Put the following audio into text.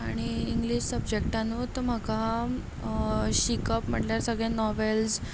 आनी इंग्लीश सब्जेक्टानूत म्हाका शिकप म्हटल्यार सगलें नोवेल्स